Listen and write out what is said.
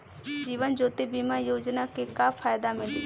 जीवन ज्योति बीमा योजना के का फायदा मिली?